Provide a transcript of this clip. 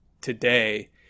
today